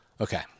okay